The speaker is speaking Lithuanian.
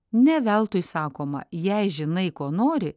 ne veltui sakoma jei žinai ko nori